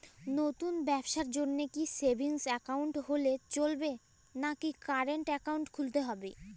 নতুন ব্যবসার জন্যে কি সেভিংস একাউন্ট হলে চলবে নাকি কারেন্ট একাউন্ট খুলতে হবে?